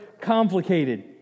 complicated